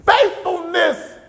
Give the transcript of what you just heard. faithfulness